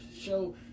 show